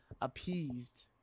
appeased